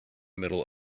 middle